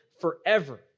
forever